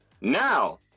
Now